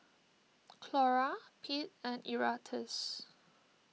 Clora Pete and Erastus